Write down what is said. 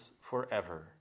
forever